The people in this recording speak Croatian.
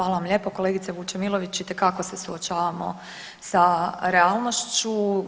Hvala vam lijepo kolegice Vučemilović, itekako se suočavamo sa realnošću.